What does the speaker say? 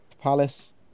Palace